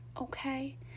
okay